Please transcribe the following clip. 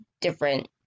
different –